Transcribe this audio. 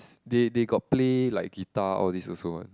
~s they they got play like guitar all these also one